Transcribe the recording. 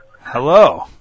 Hello